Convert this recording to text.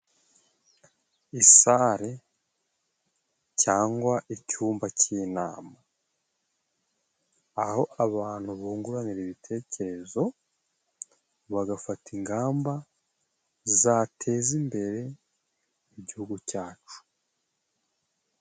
Sare cyangwa icyumba cy'inama, aho abantu bungurana ibitekerezo bagafata ingamba zateza imbere igihugu cyacu.